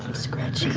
scratch